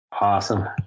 Awesome